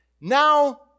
Now